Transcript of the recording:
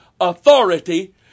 authority